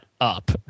up